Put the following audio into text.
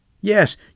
Yes